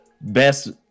best